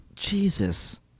Jesus